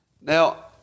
Now